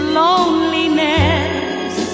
loneliness